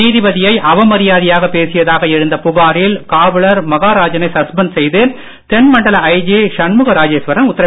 நீதிபதியை அவமரியாதையாக பேசியதாக எழுந்த புகாரில் காவலர் மகாராஜனை சஸ்பென்ட் செய்து தென் மண்டல ஐஜி சண்முக ராஜேஸ்வரன் உத்தரவிட்டுள்ளார்